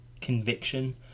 conviction